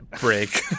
break